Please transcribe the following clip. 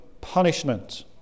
punishment